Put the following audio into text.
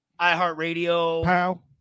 iHeartRadio